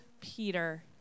Peter